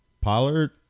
Pollard